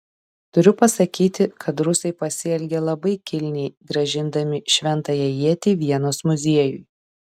turiu pasakyti kad rusai pasielgė labai kilniai grąžindami šventąją ietį vienos muziejui